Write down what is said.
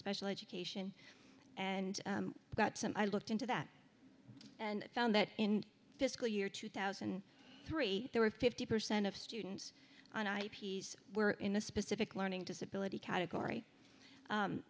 special education and got some i looked into that and found that in fiscal year two thousand and three there were fifty percent of students on i p s were in a specific learning disability category